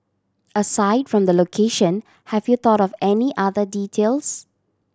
aside from the location have you thought of any other details